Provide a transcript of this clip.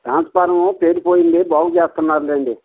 transformer పేలిపోయింది బాగు చేస్తున్నారులేండి